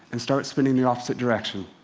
and start spinning the opposite direction.